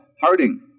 Harding